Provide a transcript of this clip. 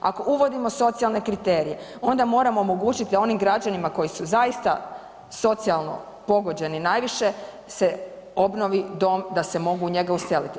Ako uvodimo socijalne kriterije onda moramo omogućiti da onim građanima koji su zaista socijalno pogođeni najviše se obnovi dom da se mogu u njega useliti.